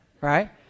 right